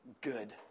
good